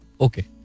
Okay